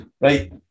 Right